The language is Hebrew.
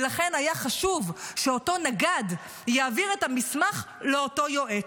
ולכן היה חשוב שאותו נגד יעביר את אותו מסמך לאותו יועץ.